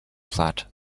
flat